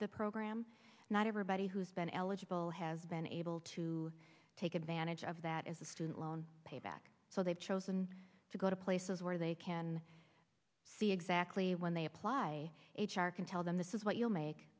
the program not everybody who's been eligible has been able to take advantage of that as a student loan payback so they've chosen to go to places where they can see exactly when they apply h r can tell them this is what you make